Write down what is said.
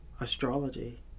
astrology